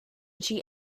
she